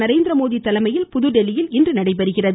நரேந்திரமோடி தலைமையில் புதுதில்லியில் இன்று நடைபெறுகிறது